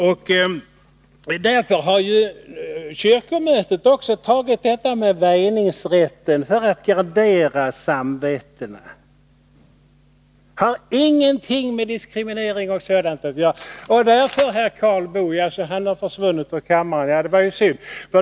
Kyrkomötet har ju också tagit upp detta med väjningsrätten, för att gardera samvetena. Detta har ingenting med diskriminering och sådant att göra. Därför, herr Karl Boo — jaså, han har försvunnit från kammaren. Det var ju synd.